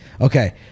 Okay